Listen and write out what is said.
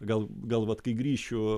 gal gal vat kai grįšiu